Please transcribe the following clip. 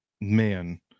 man